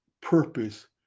purpose